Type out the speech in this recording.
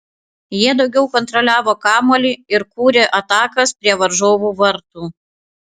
jie daugiau kontroliavo kamuolį ir kūrė atakas prie varžovų vartų